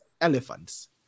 elephants